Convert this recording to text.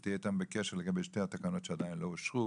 שתהיה איתם בקשר על שתי התקנות שעדיין לא אושרו.